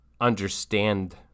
understand